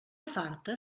farta